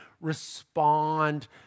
respond